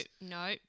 no